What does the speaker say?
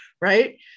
right